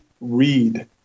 read